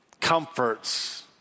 comforts